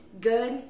good